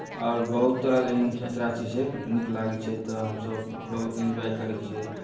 आओर बहुत तरहके एहन एतेक रास चीज छै नीक लागै छै तऽ हमसभ बहुत इन्जॉय करै छियै